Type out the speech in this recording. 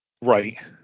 Right